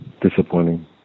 disappointing